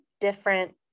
different